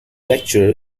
lecturer